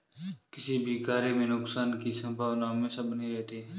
किसी भी कार्य में नुकसान की संभावना हमेशा बनी रहती है